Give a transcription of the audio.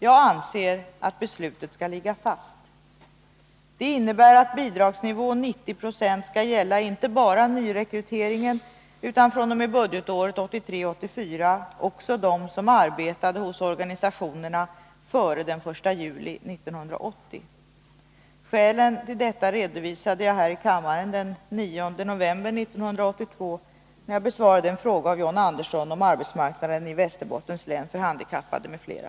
Jag anser att beslutet skall ligga fast. Det innebär att bidragsnivån 90 96 skall gälla inte bara nyrekryteringen utan fr.o.m. budgetåret 1983/84 också dem som arbetade hos organisationerna före den 1 juli 1980. Skälen till detta redovisade jag här i kammaren den 9 november 1982, när jag besvarade en fråga av John Andersson om arbetsmarknaden i Västerbottens län för handikappade m.fl.